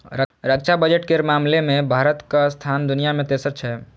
रक्षा बजट केर मामला मे भारतक स्थान दुनिया मे तेसर छै